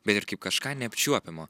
bet ir kaip kažką neapčiuopiamo